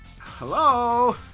Hello